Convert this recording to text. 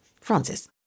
Francis